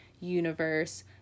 universe